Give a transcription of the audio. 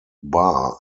bar